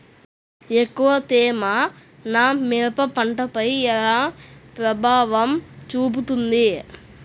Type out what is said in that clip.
ఎక్కువ తేమ నా మిరప పంటపై ఎలా ప్రభావం చూపుతుంది?